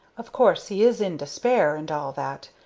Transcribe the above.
of course he is in despair, and all that,